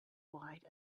wide